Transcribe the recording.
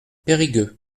périgueux